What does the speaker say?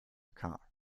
car